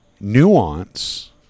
nuance